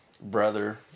brother